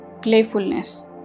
playfulness